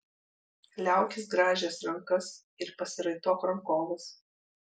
liaukis grąžęs rankas ir pasiraitok rankoves